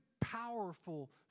powerful